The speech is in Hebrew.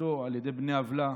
ורציחתו על ידי בני עוולה,